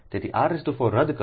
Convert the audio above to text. તેથીr4 રદ કરશે